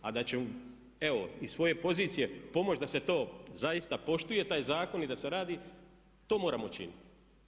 A da će evo iz svoje pozicije pomoći da se to zaista poštuje taj zakon i da se radi to moramo učiniti.